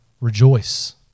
Rejoice